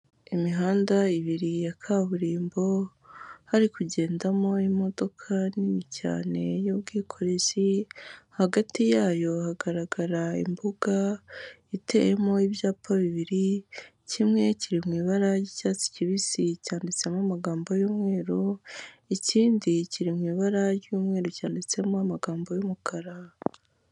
Imihanda ibiri ya kaburimbo hari kugendamo imodoka nini cyane y'ubwikorezi, hagati yayo hagaragara imbuga iteyemo ibyapa bibiri, kimwe kiri mu ibara ry'icyatsi kibisi cyanditsemo amagambo y'umweru, ikindi kiri mu ibara ry'umweru cyanditsemo amagambo y'umukara.